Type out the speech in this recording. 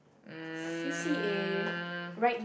um